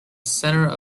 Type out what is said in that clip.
centre